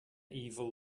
evil